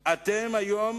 היום